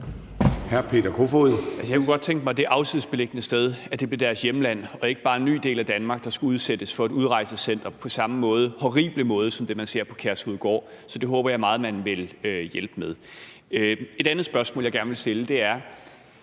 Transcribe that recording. Jeg kunne godt tænke mig, at det afsides beliggende sted blev deres hjemland og ikke bare en ny del af Danmark, der skulle udsættes for et udrejsecenter på samme horrible måde som det, man ser på Kærshovedgård. Så det håber jeg meget man vil hjælpe med. Et andet spørgsmål, jeg gerne vil stille, er: